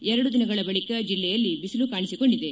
ಎರಡು ದಿನಗಳ ಬಳಿಕ ಜಿಲ್ಲೆಯಲ್ಲಿ ಬಿಸಿಲು ಕಾಣಿಸಿ ಕೊಂಡಿದೆ